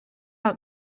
out